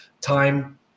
time